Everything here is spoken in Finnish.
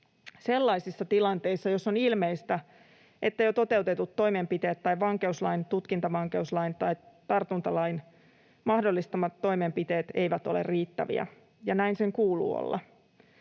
sellaisissa tilanteissa, joissa on ilmeistä, että jo toteutetut toimenpiteet tai vankeuslain, tutkintavankeuslain tai tartuntalain mahdollistamat toimenpiteet eivät ole riittäviä — ja näin sen kuuluu olla.